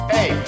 Hey